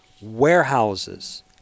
warehouses